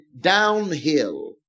downhill